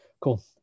Cool